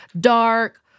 dark